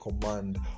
command